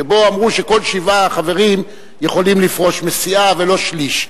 שבו אמרו שכל שבעה חברים יכולים לפרוש מסיעה ולא שליש.